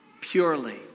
purely